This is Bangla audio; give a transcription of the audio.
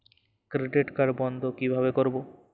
ক্রেডিট কার্ড বন্ধ কিভাবে করবো?